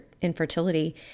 infertility